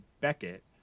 Beckett